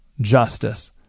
justice